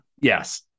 Yes